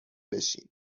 بشین